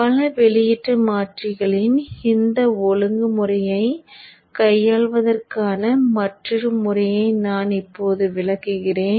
பல வெளியீட்டு மாற்றிகளின் இந்த ஒழுங்குமுறையைக் கையாள்வதற்கான மற்றொரு முறையை நான் இப்போது விளக்குகிறேன்